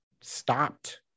stopped